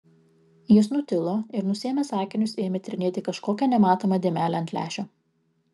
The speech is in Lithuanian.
jis nutilo ir nusiėmęs akinius ėmė tyrinėti kažkokią nematomą dėmelę ant lęšio